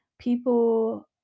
People